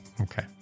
Okay